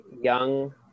young